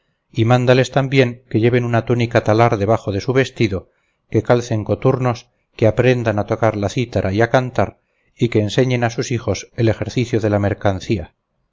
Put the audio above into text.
y mándales también que lleven una túnica talar debajo de su vestido que calcen coturnos que aprendan a tocar la cítara y a cantar y que enseñen a sus hijos el ejercicio de la mercancía